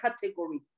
category